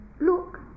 look